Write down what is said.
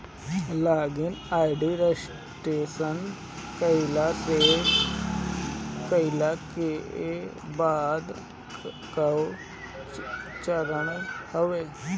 log in ID registration कईला के बाद कअ चरण हवे